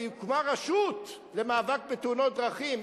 כי הוקמה רשות למאבק בתאונות דרכים,